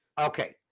Okay